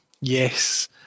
Yes